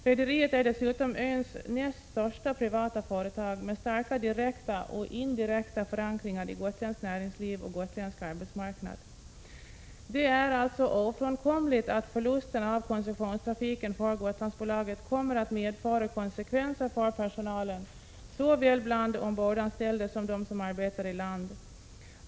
Rederiet är dessutom öns näst största privata företag med starka direkta och indirekta förankringar i gotländskt näringsliv och gotländsk arbetsmarknad. Det är ofrånkomligt att förlusten av koncessionstrafiken för Gotlandsbolaget kommer att medföra konsekvenser för personalen, såväl bland ombordanställda som bland dem som arbetar i land.